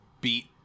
beat